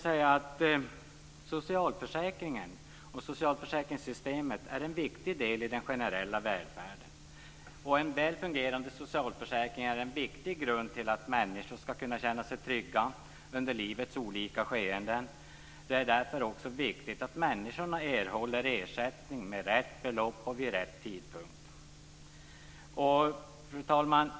Socialförsäkringssystemet är en viktig del i den generella välfärden. En väl fungerande socialförsäkring är en viktig grund för att människor skall kunna känna sig trygga under livets olika skeden. Det är därför också viktigt att människorna erhåller ersättning med rätt belopp och vid rätt tidpunkt. Fru talman!